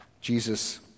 Jesus